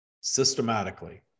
systematically